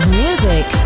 music